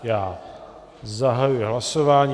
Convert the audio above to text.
Já zahajuji hlasování.